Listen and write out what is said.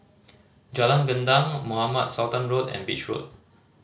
Jalan Gendang Mohamed Sultan Road and Beach Road